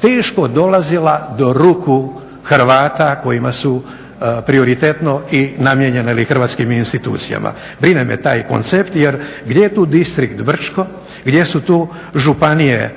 teško dolazila do ruku Hrvata kojima su prioritetno i namijenjena ili hrvatskim institucijama. Brine me taj koncept jer gdje je tu Distrikt Brčko, gdje su tu županije,